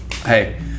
Hey